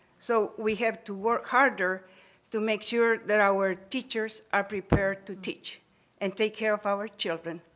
so we have to work harder to make sure that our teachers are prepared to teach and take care of our children.